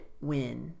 win